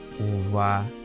over